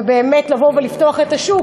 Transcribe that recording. ובאמת לבוא ולפתוח את השוק,